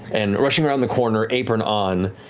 and rushing around the corner, apron on,